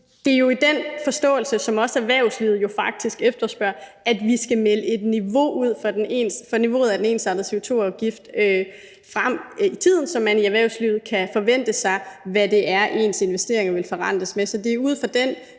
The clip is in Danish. til den forståelse, som erhvervslivet også efterspørger, at vi skal melde et niveau ud i forhold til niveauet for den ensartede CO2-afgift frem i tiden, så man i erhvervslivet ved, hvad man kan forvente sig at ens investeringer forrentes med. Så det er ud fra den